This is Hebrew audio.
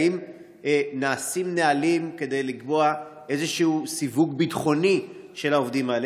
האם נעשים נהלים כדי לקבוע איזה שהוא סיווג ביטחוני של העובדים האלה?